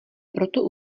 proto